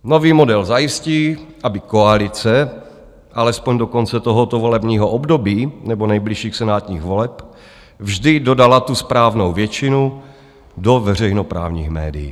Nový model zajistí, aby koalice, alespoň do konce tohoto volebního období nebo nejbližších senátních voleb, vždy dodala tu správnou většinu do veřejnoprávních médií.